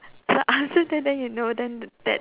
so after that then you know then the that